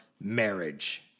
marriage